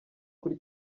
kuri